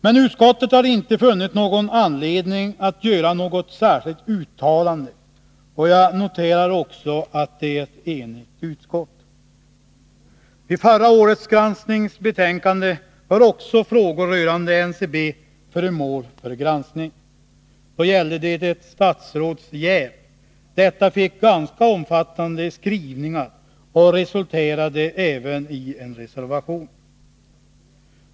Men utskottet har inte funnit anledning att göra något särskilt uttalande, och jag noterar också att det är ett enigt utskott. I förra årets granskningsbetänkande var också frågor rörande NCB föremål för granskning. Då gällde det ett statsrådsjäv. Detta ärende fick ganska omfattande skrivningar och resulterade även i en reservation.